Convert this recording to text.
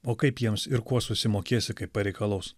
o kaip jiems ir kuo susimokėsi kaip pareikalaus